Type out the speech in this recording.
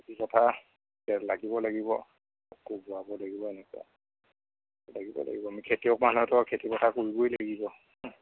বতাহ লাগিব লাগিব কোবোৱাব লাগিব এনেকুৱা লাগিব লাগিব আমি খেতিয়ক মানুহতো খেতি পথাৰ কৰিবই লাগিব